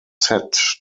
set